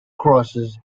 crosses